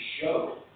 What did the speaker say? show